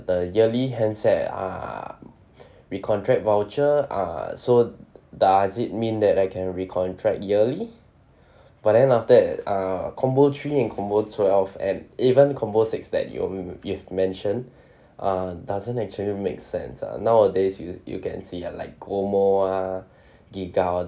the yearly handset uh recontract voucher uh so does it mean that I can recontract yearly but then after that uh combo three and combo twelve and even combo six that you you've mentioned ah doesn't actually makes sense ah nowadays you you can see ah like gomo ah giga all this